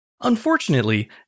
Unfortunately